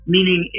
Meaning